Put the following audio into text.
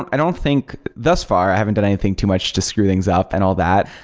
i don't think thus far, i haven't done anything too much to screw things up and all that.